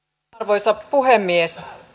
arvoisa puhemies